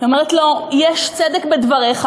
היא אומרת לו: יש צדק בדבריך,